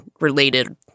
related